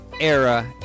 era